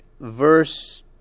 verse